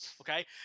okay